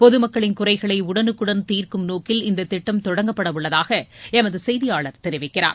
பொதுமக்களின் குறைகளை உடனுக்குடன் நோக்கில் தீர்க்கும் இந்தத் திட்டம் தொடங்கப்படவுள்ளதாக எமது செய்தியாளர் தெரிவிக்கிறார்